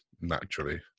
naturally